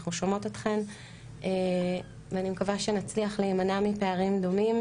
אנחנו שומעות אתכן ואני מקווה שנצליח להימנע מפערים דומים